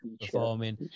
performing